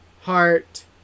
heart